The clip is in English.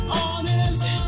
Honest